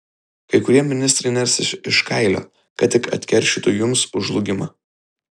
kai kurie ministrai nersis iš kailio kad tik atkeršytų jums už žlugimą